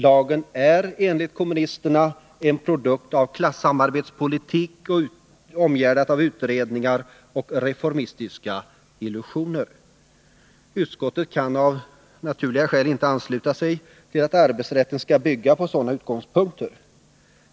Lagen är enligt kommunisterna en produkt av klassamarbetspolitik omgärdad av utredningar och reformistiska illusioner. Utskottet kan av naturliga skäl inte ansluta sig till att arbetsrätten skall bygga på sådana utgångspunkter.